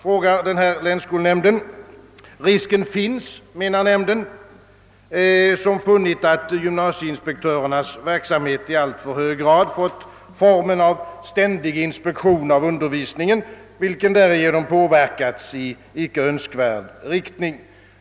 Risken finns, menar länsskolnämnden i Skaraborgs län, som funnit att gymnasieinspektörernas verksamhet i alltför hög grad fått formen av ständig inspektion av undervisningen, vilken därigenom påverkats i icke önskvärd riktning.